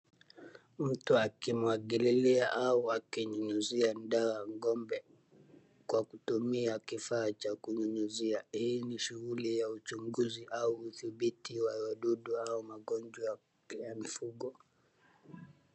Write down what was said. Mtu akimwagilia au akinyunyuzia dawa ng'ombe kwa kutumia kifaa cha kunyunyzia. Hii ni shughuli ya uchunguzi au udhibiti wa wadudu au magonjwa kwa mifugo.